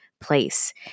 place